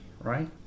Right